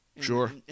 Sure